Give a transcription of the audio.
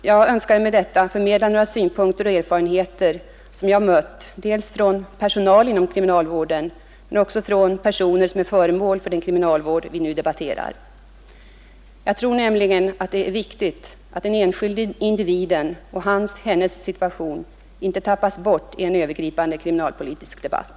Jag önskade med detta förmedla några synpunkter och erfarenheter som jag mött dels från personal inom kriminalvården, dels också från dem som är föremål för den kriminalvård vi nu debatterar. Jag tror nämligen att det är viktigt att den enskilde individen och hans/hennes situation inte tappas bort i en övergripande kriminalpolitisk debatt.